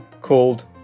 called